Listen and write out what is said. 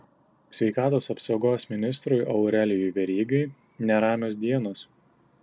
sveikatos apsaugos ministrui aurelijui verygai neramios dienos